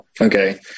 Okay